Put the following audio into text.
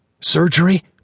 Surgery